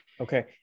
Okay